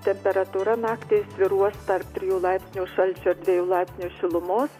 temperatūra naktį svyruos tarp trijų laipsnių šalčio ir trijų laipsnių šilumo